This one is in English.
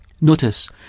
Notice